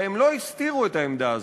הרי הם לא הסתירו את העמדה הזאת,